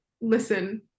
listen